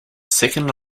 second